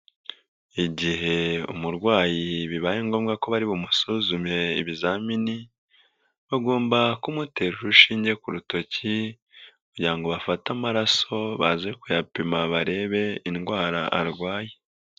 Igihe umurwayi bibaye ngombwa ko bari bumusuzume ibizamini, bagomba kumutera urushinge ku rutoki kugira ngo bafate amaraso baze kuyapima barebe indwara arwaye.